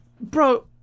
bro